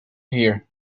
here